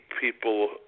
people